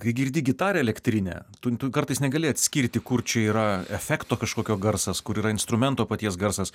kai girdi gitarę elektrinę tu tu kartais negali atskirti kur čia yra efekto kažkokio garsas kur yra instrumento paties garsas